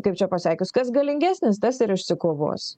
kaip čia pasakius kas galingesnis tas ir išsikovos